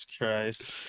Christ